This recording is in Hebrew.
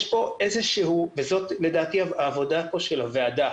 וזאת לדעתי עבודה של הוועדה,